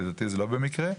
לדעתי זה לא במקרה.